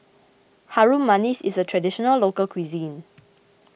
Harum Manis is a Traditional Local Cuisine